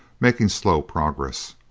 making slow progress.